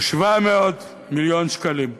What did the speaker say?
היא 700 מיליון שקלים.